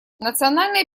национальная